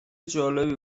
جالبی